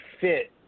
fit